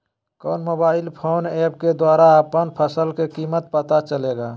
कौन mobile phone app के द्वारा अपन फसल के कीमत पता चलेगा?